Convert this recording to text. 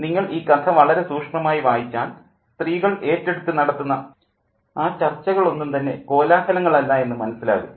നിങ്ങൾ ഈ കഥ വളരെ സൂക്ഷ്മമായി വായിച്ചാൽ സ്ത്രീകൾ ഏറ്റെടുത്തു നടത്തുന്ന ആ ചർച്ചകൾ ഒന്നും തന്നെ കോലാഹലങ്ങളല്ല എന്ന് മനസ്സിലാകും